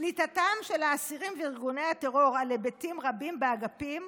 שליטתם של האסירים וארגוני הטרור על היבטים רבים באגפים